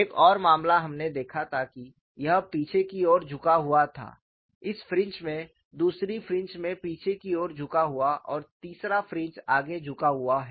एक और मामला हमने देखा था कि यह पीछे की ओर झुका हुआ था इस फ्रिंज में दूसरी फ्रिंज में पीछे की ओर झुका हुआ और तीसरा फ्रिंज आगे झुका हुआ है